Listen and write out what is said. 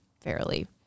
fairly